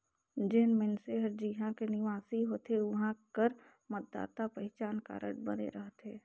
जेन मइनसे हर जिहां कर निवासी होथे उहां कर मतदाता पहिचान कारड बने रहथे